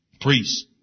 priests